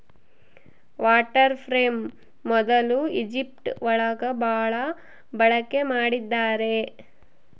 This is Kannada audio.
ವಾಟರ್ ಫ್ರೇಮ್ ಮೊದ್ಲು ಈಜಿಪ್ಟ್ ಒಳಗ ಭಾಳ ಬಳಕೆ ಮಾಡಿದ್ದಾರೆ